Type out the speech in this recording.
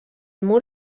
mur